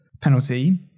penalty